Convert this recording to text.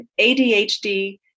ADHD